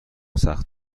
سخت